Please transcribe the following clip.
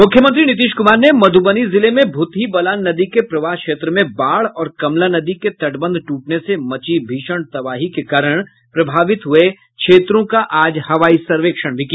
मुख्यमंत्री नीतीश कुमार ने मधुबनी जिले में भुतही बलान नदी के प्रवाह क्षेत्र में बाढ़ और कमला नदी के तटबंध ट्रटने से मची भीषण तबाही के कारण प्रभावित हुये क्षेत्रों का आज हवाई सर्वेक्षण किया